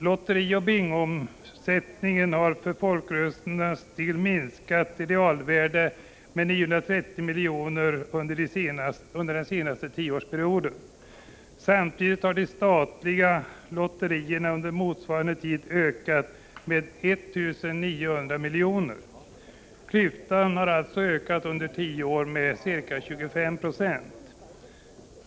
Lotterioch bingoomsättningen har för folkrörelserna minskat i realvärde med 930 milj.kr. under den senaste tioårsperioden. Samtidigt har de statliga lotterierna under motsvarande tid ökat med 1 900 miljoner. Klyftan har alltså ökat under tio år med cirka 25 96.